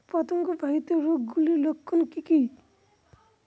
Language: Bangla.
পতঙ্গ বাহিত রোগ গুলির লক্ষণ কি কি?